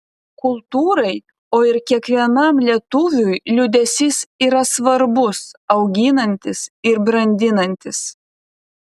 kultūrai o ir kiekvienam lietuviui liūdesys yra svarbus auginantis ir brandinantis